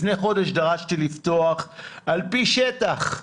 לפני חודש דרשתי לפתוח על פי שטח,